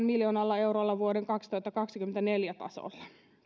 miljoonalla eurolla vuoden kaksituhattakaksikymmentäneljä tasolla